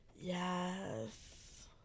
Yes